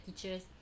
teachers